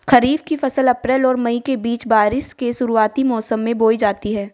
खरीफ़ की फ़सल अप्रैल और मई के बीच, बारिश के शुरुआती मौसम में बोई जाती हैं